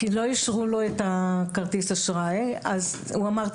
כי לא אישרו לו את כרטיס האשראי אז הוא אמר,